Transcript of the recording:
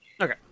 Okay